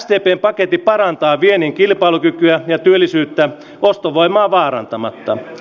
sdpn paketti parantaa viennin kilpailukykyä ja työllisyyttä ostovoimaa vaarantamatta